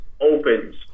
opens